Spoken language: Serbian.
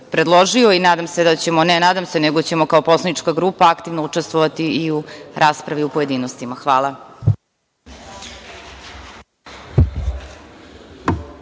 Nadam se, ne da se nadam, nego ćemo kao poslanička grupa aktivno učestvovati i u raspravi u pojedinostima. Hvala.